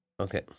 Okay